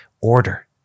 order